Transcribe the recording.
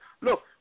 Look